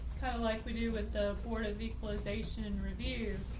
kind of like we do with the board of equalization and review.